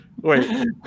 Wait